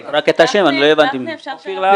גפני, אפשר שאלה?